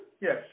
yes